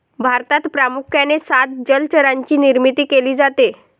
भारतात प्रामुख्याने सात जलचरांची निर्मिती केली जाते